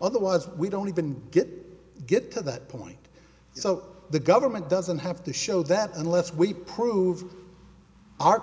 otherwise we don't even get get to that point so the government doesn't have to show that unless we prove our